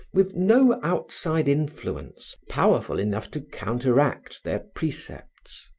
with no outside influence powerful enough to counteract their precepts.